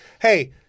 hey-